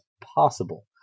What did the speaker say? possible